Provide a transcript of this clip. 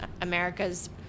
America's